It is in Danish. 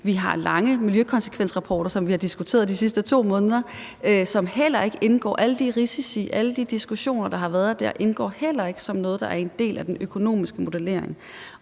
Vi har lange miljøkonsekvensrapporter, som vi har diskuteret de sidste 2 måneder, hvor alle de risici, alle de diskussioner, der har været, heller ikke indgår som noget, der er en del af den økonomiske modellering.